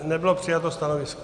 Nebylo přijato stanovisko.